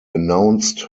announced